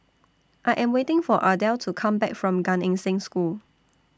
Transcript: I Am waiting For Ardell to Come Back from Gan Eng Seng School